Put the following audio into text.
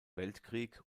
weltkrieg